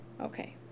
Okay